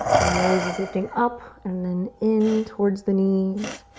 nose is lifting up and then in towards the knees.